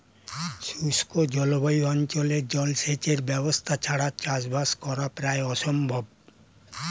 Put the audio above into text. শুষ্ক জলবায়ু অঞ্চলে জলসেচের ব্যবস্থা ছাড়া চাষবাস করা প্রায় অসম্ভব